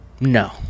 No